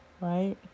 right